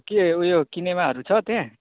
के उयो किनेमाहरू छ त्यहाँ